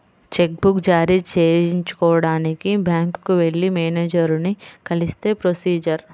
కొత్త cheque book జారీ చేయించుకోడానికి బ్యాంకుకి వెళ్లి మేనేజరుని కలిస్తే ప్రొసీజర్